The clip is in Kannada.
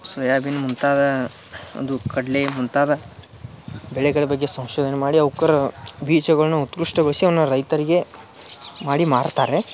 ಸೋಯಾಬೀನ್ ಮುಂತಾದ ಒಂದು ಕಡಲೆ ಮುಂತಾದ ಬೆಳೆಗಳ ಬಗ್ಗೆ ಸಂಶೋಧನೆ ಮಾಡಿ ಅವ್ಕರು ಬೀಜಗಳ್ನು ಉತ್ಕ್ರಷ್ಟಗೊಳಿಸಿ ಅವನ ರೈತರಿಗೆ ಮಾಡಿ ಮಾರ್ತಾರೆ